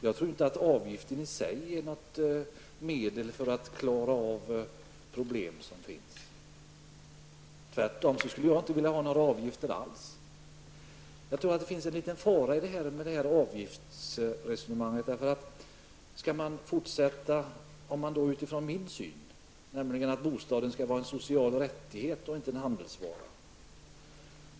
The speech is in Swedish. Jag tror inte att avgifter i sig är något medel för att klara av problem som finns. Tvärtom skulle jag inte vilja ha några avgifter alls. Jag tror att det finns en fara i det här avgiftsresonemanget. Jag menar att bostaden skall vara en social rättighet och inte en handelsvara.